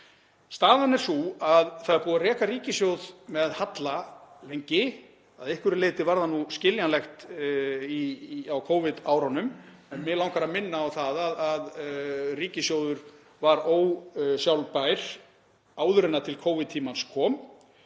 Staðan er sú að það er búið að reka ríkissjóð með halla lengi. Að einhverju leyti var það skiljanlegt á Covid-árunum. En mig langar að minna á það að ríkissjóður var ósjálfbær áður en til Covid-tímans kom,